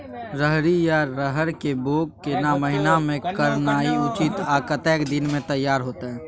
रहरि या रहर के बौग केना महीना में करनाई उचित आ कतेक दिन में तैयार होतय?